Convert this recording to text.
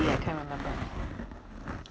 I can't remember